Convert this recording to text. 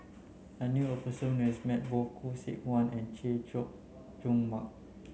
I knew a person who has met both Khoo Seok Wan and Chay Jung Jun Mark